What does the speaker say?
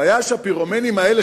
הבעיה היא שהפירומנים האלה,